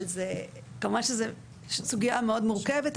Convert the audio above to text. אבל כמובן שזו סוגייה מאוד מורכבת.